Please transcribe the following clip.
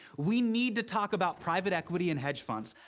we need to talk about private equity and hedge funds.